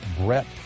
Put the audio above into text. Brett